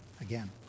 again